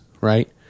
right –